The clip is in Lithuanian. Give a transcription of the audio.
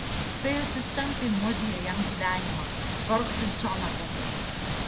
tai asistentai nuodija jam gyvenimą vargšui džonatanui